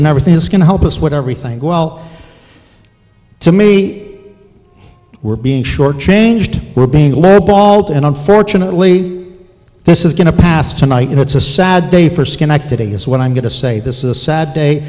and everything is going to help us with everything well to me we're being shortchanged we're being low balled and unfortunately this is going to pass tonight and it's a sad day for schenectady is what i'm going to say this is a sad day